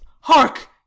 hark